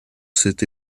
cette